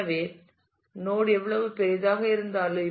எனவே நோட் எவ்வளவு பெரியதாக இருந்தாலும்